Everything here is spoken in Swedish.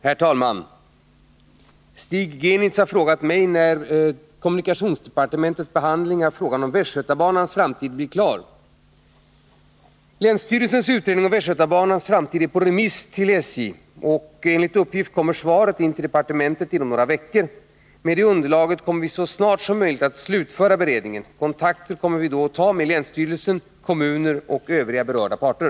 Herr talman! Stig Genitz har frågat mig när kommunikationsdepartementets behandling av frågan om Västgötabanans framtid blir klar. Länsstyrelsens utredning om Västgötabanans framtid är på remiss till SJ. Enligt uppgift kommer svaret in till departementet inom några veckor. Med det underlaget kommer vi så snart som möjligt att slutföra beredningen. Kontakter kommer därvid att tas med länsstyrelsen, kommuner och övriga berörda parter.